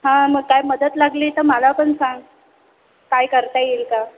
हां मग काय मदत लागली तर मला पण सांग काय करता येईल का